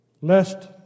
lest